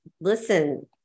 listen